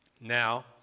Now